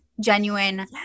genuine